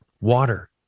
water